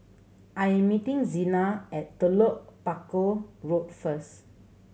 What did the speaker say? I am meeting Zina at Telok Paku Road first